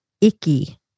icky